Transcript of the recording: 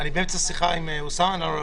אני באמצע שיחה עם אוסאמה, נא לא להפריע.